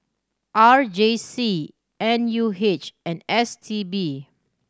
R J C N U H and S T B